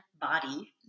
body